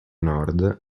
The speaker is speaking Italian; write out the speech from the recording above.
nord